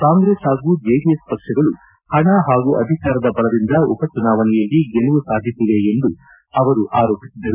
ಕಾಂಗ್ರೆಸ್ ಪಾಗೂ ಜೆಡಿಎಸ್ ಪಕ್ಷಗಳು ಪಣ ಪಾಗೂ ಅಧಿಕಾರದ ಬಲದಿಂದ ಉಪಚುನಾವಣೆಯಲ್ಲಿ ಗೆಲುವು ಸಾಧಿಸಿವೆ ಎಂದು ಆರೋಪಿಸಿದರು